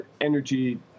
Energy